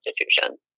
institutions